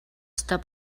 ёстой